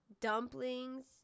dumplings